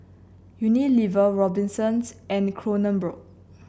Unilever Robinsons and Kronenbourg